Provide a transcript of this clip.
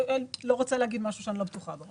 אני לא רוצה להגיד משהו שאני לא בטוחה בו.